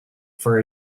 for